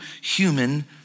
human